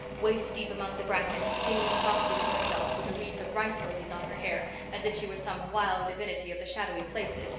waist deep among the bracken, singing softly to herself, with a wreath of rice lilies on her hair as if she were some wild divinity of the shadowy places,